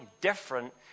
different